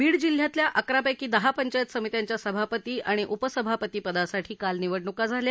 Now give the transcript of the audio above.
बीड जिल्ह्यातल्या अकरा पैकी दहा पंचायत समित्यांच्या सभापदी आणि उपसभापतीपदासाठी काल निवडणुका झाल्या